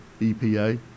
EPA